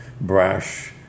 brash